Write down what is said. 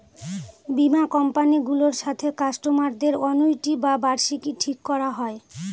বীমা কোম্পানি গুলোর সাথে কাস্টমারদের অনুইটি বা বার্ষিকী ঠিক করা হয়